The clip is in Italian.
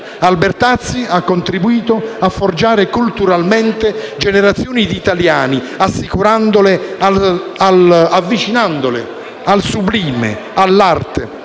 Albertazzi ha contribuito a forgiare culturalmente generazioni di italiani avvicinandole al sublime, all'arte,